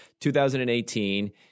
2018